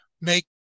make